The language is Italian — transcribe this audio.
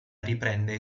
riprende